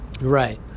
Right